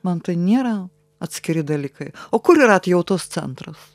man tai nėra atskiri dalykai o kur yra atjautos centras